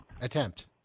attempt